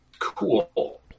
Cool